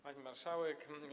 Pani Marszałek!